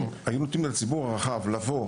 אם היו נותנים לציבור הרחב לבוא,